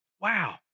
Wow